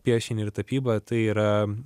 piešinį ir tapybą tai yra